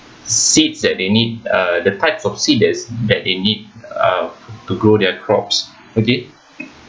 seeds that they need uh the types of seeds there's that they need uh to grow their crops okay